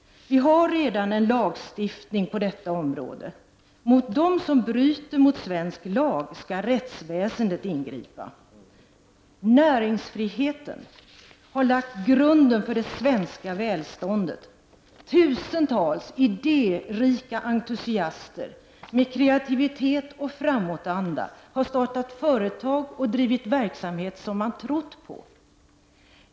Vi har redan en lagstiftning på detta område. Mot dem som bryter mot svensk lag skall rättsväsendet ingripa. Näringsfriheten har lagt grunden för det svenska välståndet. Tusentals idé rika entusiaster med kreativitet och framåtanda har startat företag och drivit verksamhet som man trott på.